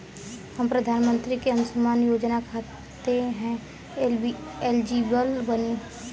हम प्रधानमंत्री के अंशुमान योजना खाते हैं एलिजिबल बनी?